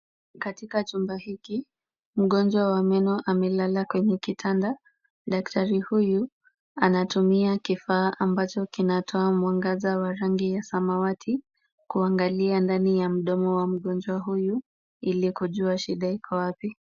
Katika jumba hiki, mgonjwa wa meno amelala kwenye kitanda. Daktari huyu anatumia kifaa ambacho kinatoa mwangaza wa rangi ya samawati kuangalia ndani ya mdomo wa mgonjwa huyu ili kujua shida iko wapi.